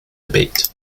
debate